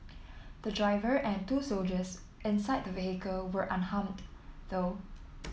the driver and two soldiers inside the vehicle were unharmed though